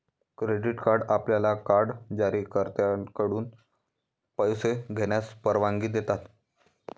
credit card आपल्याला card जारीकर्त्याकडून पैसे घेण्यास परवानगी देतात